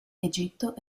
egitto